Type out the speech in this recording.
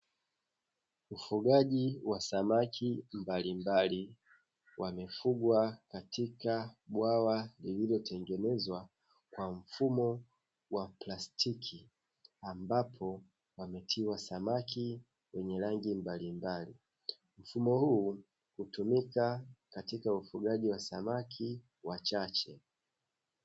Samaki mbalimbali wanafugwa katika bwawa lililotengenezwa kwa mfumo wa plastiki, ambapo pametiwa samaki wenye rangi mbalimbali mfumo huu hutumika katika ufugaji wa samaki wachache.